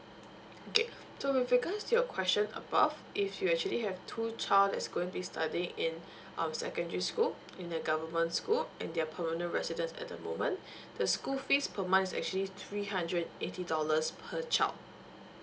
okay so with regards to your question above if you actually have two child that's going to be studying in um secondary school in the government school and they are permanent residents at the moment the school fees per month's actually three hundred eighty dollars per child